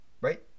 Right